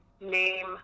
name